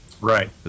Right